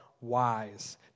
wise